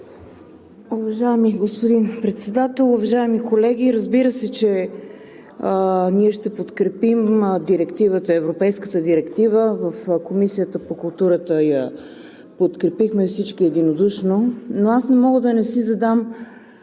Уважаеми господин Председател, уважаеми колеги! Разбира се, че ние ще подкрепим Европейската директива. В Комисията по културата и медиите я подкрепихме всички единодушно. Но аз не мога да не задам